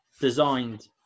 designed